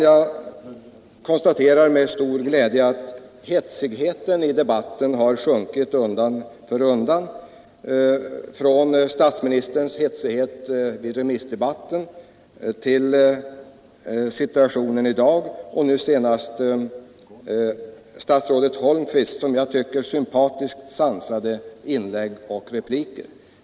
Jag konstaterar med stor glädje att hetsigheten i debatten 15 december 1972 har sjunkit undan för undan — från statsministerns hetsighet vid — a Regional utveck remissdebatten till hans något lugnare uppträdande i dag och nu senast statsrådet Holmqvists som jag tycker sympatiskt sansade inlägg och repliker.